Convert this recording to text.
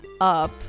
up